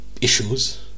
issues